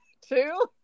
two